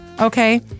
okay